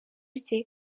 rye